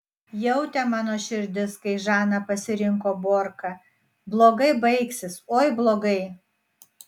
jautė mano širdis kai žana pasirinko borką blogai baigsis oi blogai